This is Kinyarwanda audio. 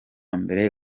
mbere